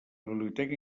biblioteca